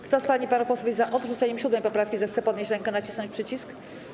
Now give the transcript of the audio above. Kto z pań i panów posłów jest za odrzuceniem 7. poprawki, zechce podnieść rękę i nacisnąć przycisk.